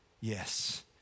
yes